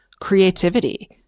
creativity